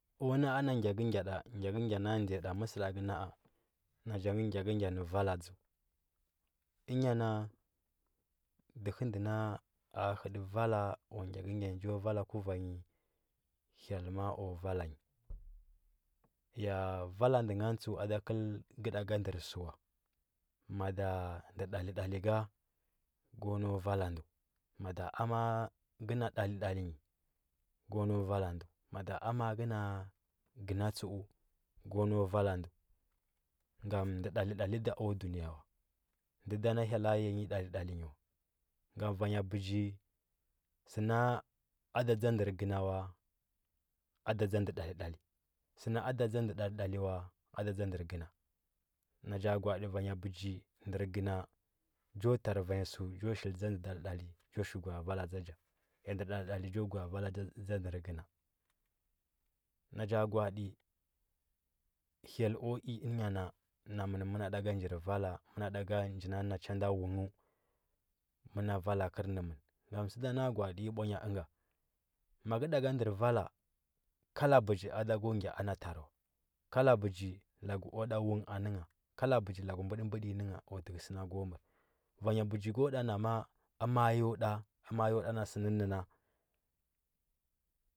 Ku na, a na gyakəgyada, gyakəgya nda ndiya nda məsədakə na. a na chia nge gyakəgya nə vala dza. ənya ne dəhə ndə na a həti vala ku gyakəgya nyi cho va kuvannyi heyl ma kwa vala nyi ya vala ndə ngan tsəu a da kəl ka da ka ndər sə wa mada ndə dalidali ka k unau vala ndə mada amani kə na dali dali nyi k unau vala ndə mada amamni kə na gəna tsdu ko nau vala ndə ngam ndə ɗaliɗali wan gam va nya bəji sə a da tsa ndər gəna wa ada tsa ndv dali dali sə na ada tsa ndə dali dali ada tsa ndər dalidali sə na a da tsa ndə dali dali ada tsa ndər gəna cho tar vanya sə cho shili gwa. a tsa ndə dali dali cho shili gwa. a vala tsa cha ya ndə dali dali kwa yi gwa. a vala tsa cha, hyel kwa i ənyana namən məna da aka njir vala maka da ka ndər vala kala bəji ada ko gya ano tariwa kala bəji laku buda budə nyi anəgha vanya bəji ko ɗa ma, a ama yo da na sənər ənga.